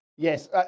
Yes